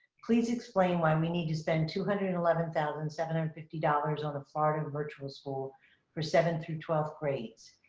please explain why we need to spend two hundred and eleven thousand seven hundred and fifty dollars on the florida and virtual school for seventh through twelfth grades.